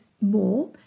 more